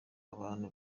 abantu